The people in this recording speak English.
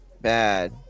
Bad